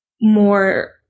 more